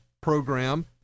program